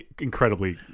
incredibly